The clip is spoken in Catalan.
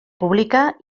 pública